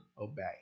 obey